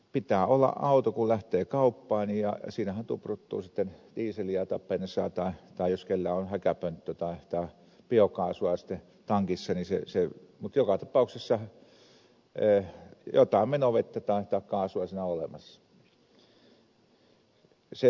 pitää olla auto kun lähtee kauppaan ja siinähän tupruttuu sitten dieseliä tai bensaa tai jos kellä on häkäpönttö tai biokaasua sitten tankissa mutta joka tapauksessa jotain menovettä tai kaasua siinä on olemassa